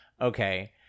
okay